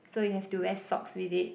so you have to wear socks with it